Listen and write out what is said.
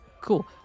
Cool